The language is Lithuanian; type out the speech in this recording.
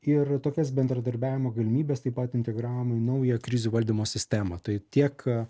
ir tokias bendradarbiavimo galimybes taip pat integravimom į naują krizių valdymo sistemą tai tiek